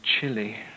chilly